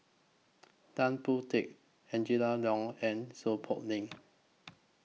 Tan Boon Teik Angela Liong and Seow Poh Leng